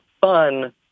fun